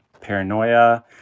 paranoia